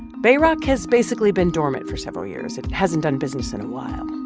bayrock has basically been dormant for several years. it hasn't done business in a while.